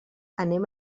anem